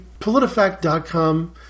PolitiFact.com